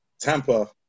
Tampa